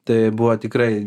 tai buvo tikrai